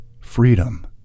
freedom